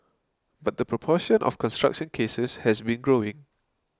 but the proportion of construction cases has been growing